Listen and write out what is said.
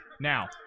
Now